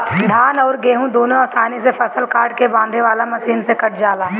धान अउर गेंहू दुनों आसानी से फसल काट के बांधे वाला मशीन से कटा जाला